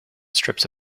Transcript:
strips